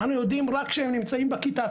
אנחנו יודעים רק כשהם נמצאים בכיתה,